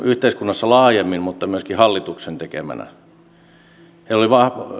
yhteiskunnassa laajemmin mutta myöskin hallituksen tekeminä heillä oli